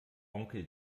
onkel